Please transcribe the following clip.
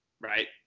right